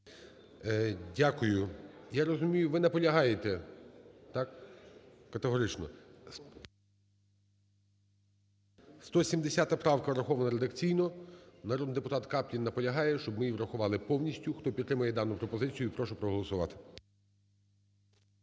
Дякую. Я розумію, ви наполягаєте, так, категорично? 170 правка врахована редакційно. Народний депутат Каплін наполягає, щоб ми її врахували повністю. Хто підтримує дану пропозицію, прошу проголосувати.